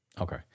Okay